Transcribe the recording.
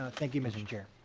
ah thank you mr. chair.